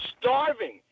starving